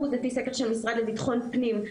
על פי סקר של המשרד לביטחון הפנים,